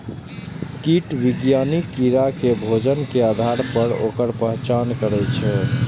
कीट विज्ञानी कीड़ा के भोजन के आधार पर ओकर पहचान करै छै